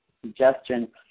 suggestion